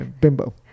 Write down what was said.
bimbo